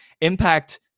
impact